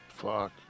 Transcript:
Fuck